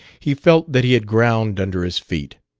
he felt that he had ground under his feet.